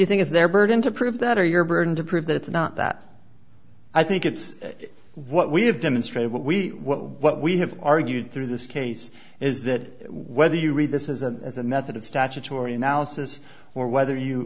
you think it's their burden to prove that or your burden to prove that it's not that i think it's what we have demonstrated what we what we have argued through this case is that whether you read this isn't as a method of statutory analysis or whether you